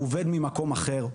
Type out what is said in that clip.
הוא עובד ממקום אחר,